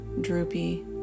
droopy